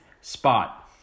spot